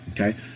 Okay